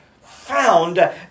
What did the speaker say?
found